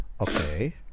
Okay